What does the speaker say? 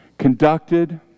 conducted